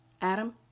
Adam